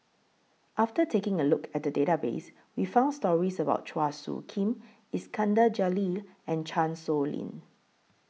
after taking A Look At The Database We found stories about Chua Soo Khim Iskandar Jalil and Chan Sow Lin